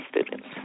students